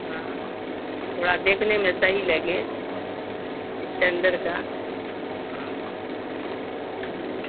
ہاں تھوڑا دیکھنے میں صحیح لگے اسٹینڈرڈ کا ہاں ہوں